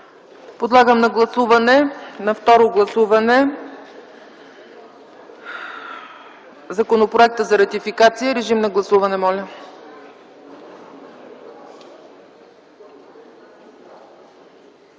Подлагам на второ гласуване Законопроекта за ратификация. Режим на гласуване,